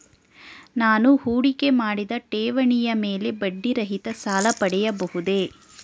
ನಾನು ಹೂಡಿಕೆ ಮಾಡಿದ ಠೇವಣಿಯ ಮೇಲೆ ಬಡ್ಡಿ ರಹಿತ ಸಾಲ ಪಡೆಯಬಹುದೇ?